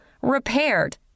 repaired